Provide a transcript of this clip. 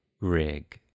Rig